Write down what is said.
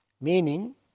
Meaning